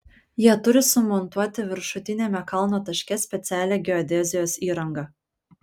jie turi sumontuoti viršutiniame kalno taške specialią geodezijos įrangą